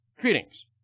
Greetings